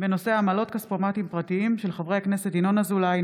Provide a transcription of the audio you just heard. בהצעתם של חברי הכנסת ינון אזולאי,